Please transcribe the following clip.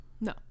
no